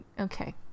Okay